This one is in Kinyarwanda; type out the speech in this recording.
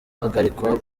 guhagarikwa